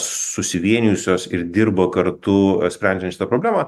susivienijusios ir dirba kartu sprendžiant šitą problemą